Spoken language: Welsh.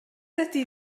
ydy